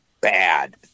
Bad